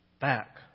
back